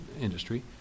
industry